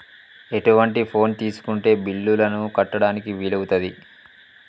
ఎటువంటి ఫోన్ తీసుకుంటే బిల్లులను కట్టడానికి వీలవుతది?